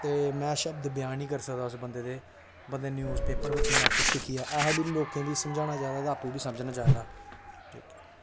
ते में शब्द बयान निं करी सकदा उस बंदे दे बंदे न्यूज़ पेपर पर कि'न्ना कुछ सिक्खियै असें लोकें गी बी समझाना चाहिदा ते आपूं बी समझना चाहिदा